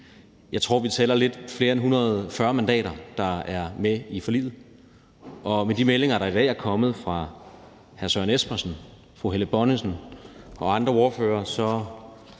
Jeg tror, at vi tæller lidt flere end 140 mandater, der er med i forliget, og med de meldinger, der i dag er kommet fra hr. Søren Espersen, fru Helle Bonnesen og andre ordførere,